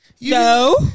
No